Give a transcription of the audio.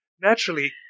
Naturally